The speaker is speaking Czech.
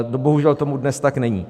Bohužel tomu dnes tak není.